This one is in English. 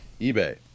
eBay